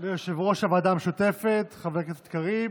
ליושב-ראש הוועדה המשותפת חבר הכנסת קריב.